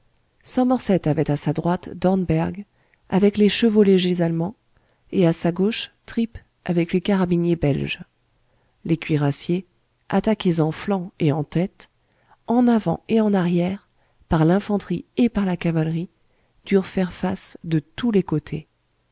somerset avait à sa droite dornberg avec les chevau légers allemands et à sa gauche trip avec les carabiniers belges les cuirassiers attaqués en flanc et en tête en avant et en arrière par l'infanterie et par la cavalerie durent faire face de tous les côtés